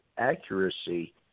Accuracy